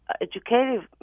educative